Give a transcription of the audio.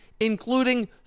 Including